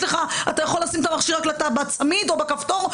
אתה יכול לשים את מכשיר ההקלטה בצמיד או בכפתור,